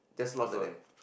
gone